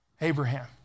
Abraham